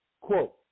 Quote